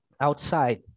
Outside